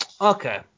okay